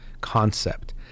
concept